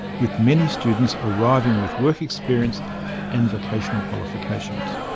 with many students arriving with work experience and vocational qualifications.